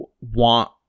want